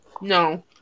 No